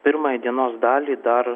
pirmąją dienos dalį dar